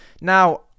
Now